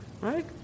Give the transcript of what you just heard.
right